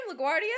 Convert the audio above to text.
LaGuardia